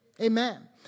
Amen